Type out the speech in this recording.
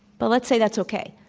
but let's say that's okay.